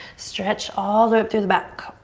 stretch all the way up through the back.